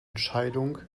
entscheidung